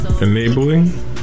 Enabling